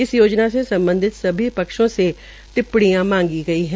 इस योजना से सम्बधित किसी पक्षों से टिप्पणियां मांगी गयी है